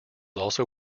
also